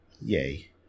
Yay